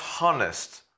honest